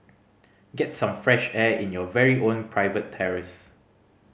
get some fresh air in your very own private terrace